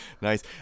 Nice